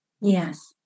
Yes